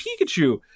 Pikachu